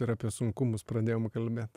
ir apie sunkumus pradėjom kalbėt